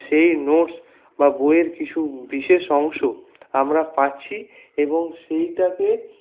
সেই নোটস বা বইয়ের কিছু বিশেষ অংশ আমরা পাচ্ছি এবং সেইটাকে